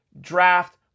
draft